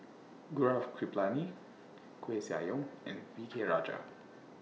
Gaurav Kripalani Koeh Sia Yong and V K Rajah